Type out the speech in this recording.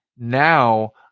Now